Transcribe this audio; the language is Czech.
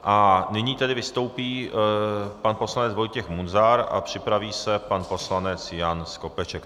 A nyní tedy vystoupí pan poslanec Vojtěch Munzar a připraví se pan poslanec Jan Skopeček.